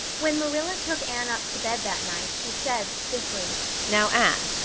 when marilla took anne up to bed that night she said stiffly now, anne,